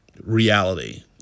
reality